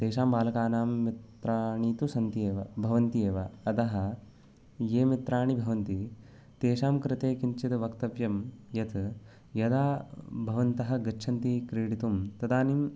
तेषां बालकानां मित्राणि तु सन्ति एव भवन्ति एव अतः ये मित्राणि भवन्ति तेषां कृते किञ्चिद् वक्तव्यं यत् यदा भवन्तः गच्छन्ति क्रीडितुं तदानीम्